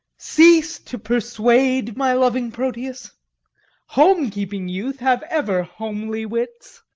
cease to persuade, my loving proteus home-keeping youth have ever homely wits.